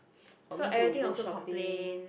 for me to go shopping